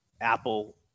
Apple